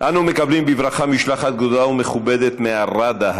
אנו מקבלים בברכה משלחת גדולה ומכובדת מהרדה,